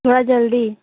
थोड़ा जल्दी